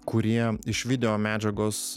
kurie iš video medžiagos